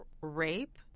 rape